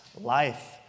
life